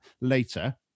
later